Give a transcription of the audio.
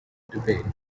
debate